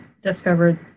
discovered